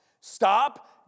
Stop